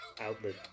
outlet